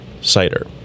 cider